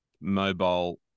mobile